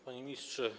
Panie Ministrze!